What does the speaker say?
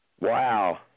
Wow